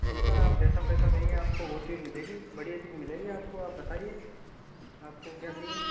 जी sir आप जैसा पैसा देंगे आपको वो चीज़ मिलेगी बढ़िया चीज़ मिलेंगी आपको आप बताइए आपको क्या चहिए